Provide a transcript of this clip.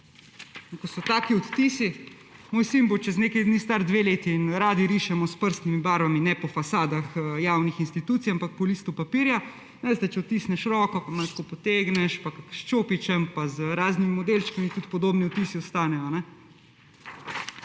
ko so taki odtisi … Moj sin bo čez nekaj dni star dve leti in radi rišemo s prstnimi barvami, ne po fasadah javnih institucij, ampak po listu papirja. Če odtisneš roko pa malo tako potegneš, pa s čopičem pa z raznimi modelčki, tudi podobni odtisi ostanejo.